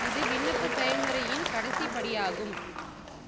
இது விண்ணப்ப செயல்முறையின் கடைசி படியாகும்